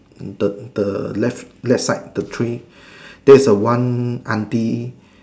the the left left side the tree there is a one auntie